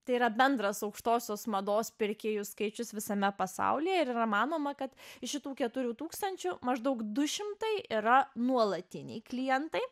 tai yra bendras aukštosios mados pirkėjų skaičius visame pasaulyje ir yra manoma kad iš šitų keturių tūkstančių maždaug du šimtai yra nuolatiniai klientai